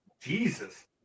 Jesus